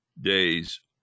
days